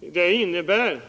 Det skulle innebära